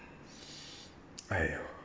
!aiyo!